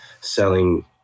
selling